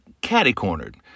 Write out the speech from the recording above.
catty-cornered